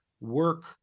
work